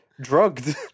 drugged